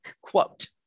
Quote